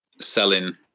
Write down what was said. selling